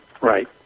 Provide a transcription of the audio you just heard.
Right